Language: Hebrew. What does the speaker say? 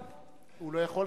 הוא לא יכול,